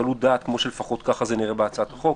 בקלות דעת, כמו שלפחות זה נראה בהצעת החוק.